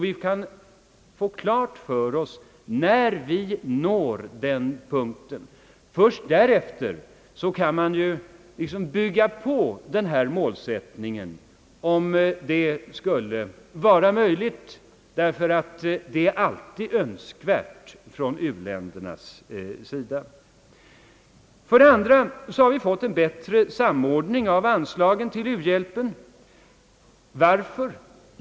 Vi kan få klart för oss när vi når det målet. Vi kan lämna de allmänna ordalagen. Först därefter kan vi också bygga på hjälpen ytterligare — för behov finns det alltid hos u-länderna. För det andra har vi fått en bättre samordning av anslagen till u-hjälpen. Varför?